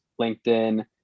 LinkedIn